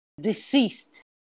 deceased